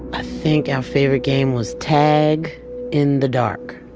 i think our favorite game was tag in the dark.